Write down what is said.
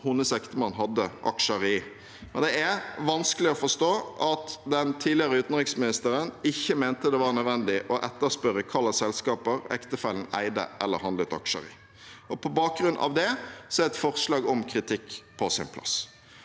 hennes ektemann hadde aksjer i. Det er vanskelig å forstå at den tidligere utenriksministeren ikke mente det var nødvendig å etterspørre hva slags selskaper ektefellen eide eller handlet aksjer i. På bakgrunn av det er et forslag om kritikk på sin plass.